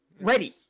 ready